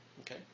okay